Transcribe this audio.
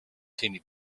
tiny